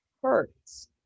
hurts